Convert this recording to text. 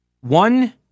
One